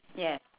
yes